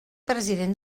president